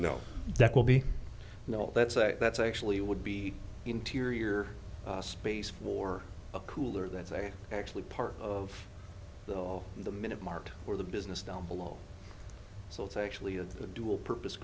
no that will be no that's a that's actually would be interior space for a cooler that's a actually part of the off the minute mark or the business down below so it's actually of the dual purpose